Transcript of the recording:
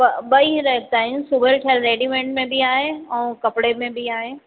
ॿ ॿई रखंदा आहियूं सिॿियल ठहियल रेडीमेड में बि आहे ऐं कपिड़े में बि आहे